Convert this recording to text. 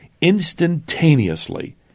Instantaneously